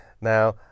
now